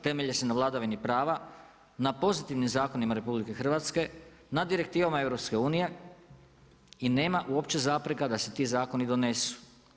Temelje se na vladavini prava, na pozitivnim zakonima RH, na direktivama EU i nema uopće zapreka da se ti zakoni donesu.